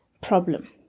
problem